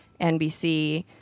NBC